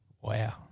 wow